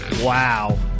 Wow